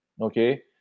Okay